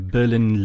Berlin